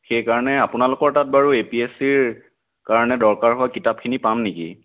সেইকাৰণে আপোনালোকৰ তাত বাৰু এ পি এছ চিৰ কাৰণে দৰকাৰ হোৱা কিতাপখিনি পাম নেকি